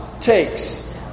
takes